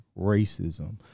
racism